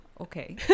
Okay